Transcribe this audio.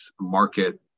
market